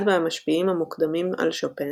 אחד מהמשפיעים המוקדמים על שופן,